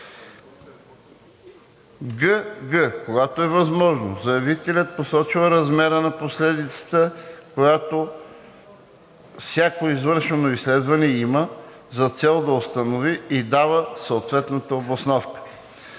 гг) когато е възможно, заявителят посочва размера на последицата, която всяко извършвано изследване има за цел да установи, и дава съответната обосновка;